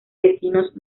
vecinos